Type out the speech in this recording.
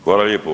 Hvala lijepo.